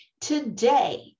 Today